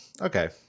Okay